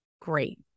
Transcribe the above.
Great